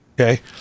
okay